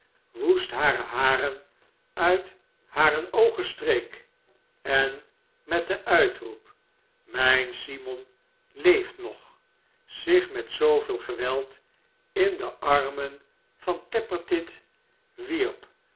woest hare haren uit hare oogen streek en met den uitroep smijn simon leeft nog zich met zooveel geweld in de armen van tappertit wierp